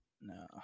No